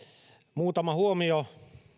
muutama huomio